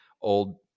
old